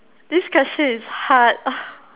this question is hard ugh